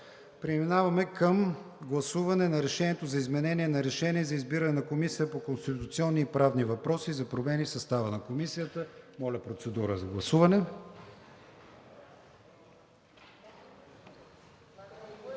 Комисията и Проект за решение за изменение на Решение за избиране на Комисия по конституционни и правни въпроси и за промени в състава на Комисията. Моля, процедура за гласуване.